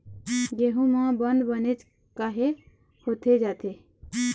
गेहूं म बंद बनेच काहे होथे जाथे?